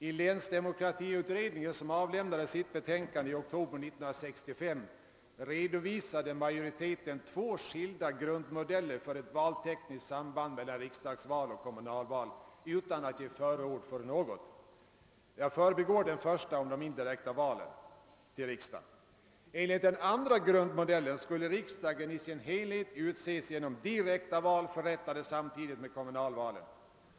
I länsdemokratiutredningen, som avlämnade sitt betänkande i oktober 1965, redovisade majoriteten två skilda grundmodeller för ett valtekniskt samband mellan riksdagsval och kommunalval utan att ge förord för någondera. Jag förbigår den första — om indirekta val till riksdagen. Enligt den andra grundmodellen skulle riksdagen i sin helhet utses genom direkta val förrättade samtidigt med kommunalvalen.